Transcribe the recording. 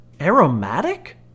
Aromatic